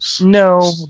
No